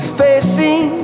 facing